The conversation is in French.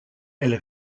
elle